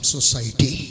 Society